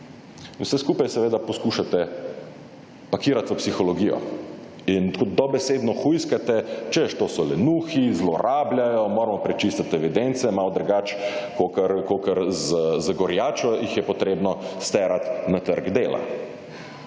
Vse skupaj seveda poskušate pakirati v psihologijo. In tako dobesedno hujskate češ, to so lenuhi, zlorabljajo, moramo prečistiti evidence, malo drugače kakor z gorjačo jih je potrebno sterati na trg dela.